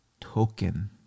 token